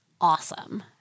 awesome